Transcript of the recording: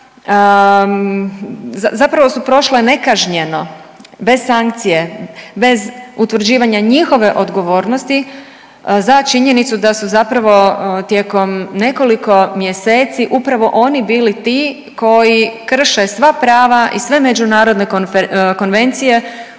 zapravo su prošla nekažnjeno bez sankcije, bez utvrđivanja njihove odgovornosti za činjenicu da su zapravo tijekom nekoliko mjeseci upravo oni bili ti koji krše sva prava i sve međunarodne konvencije